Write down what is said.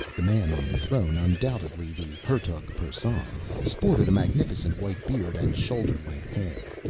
the man on the throne, undoubtedly the hertug persson, sported a magnificent white beard and shoulder length hair,